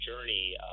journey